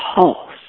pulse